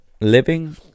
Living